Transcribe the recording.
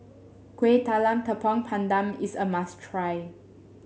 Kuih Talam Tepong Pandan is a must try